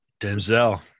Denzel